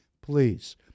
please